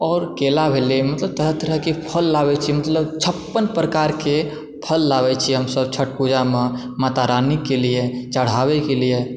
आओर केला भेलै मतलब तरह तरहके फल लाबै छियै मतलब छप्पन प्रकार के फल लाबै छियै हमसभ छठ पूजामे माता रानी के लिये चढ़ाबै के लिये